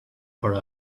for